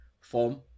form